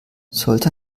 sollte